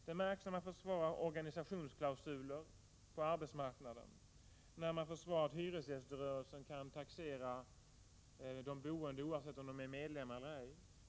Det märks när man försvarar organisationsklausuler på arbetsmarknaden, när man försvarar det faktum att hyresgäströrelsen kan taxera de boende oavsett om dessa är medlemmar eller ej.